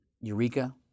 Eureka